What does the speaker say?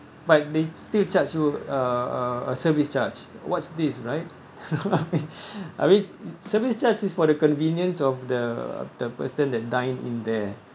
but they still charge you a a service charge what's this right I mean service charge is for the convenience of the the person that dine in there